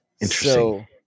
Interesting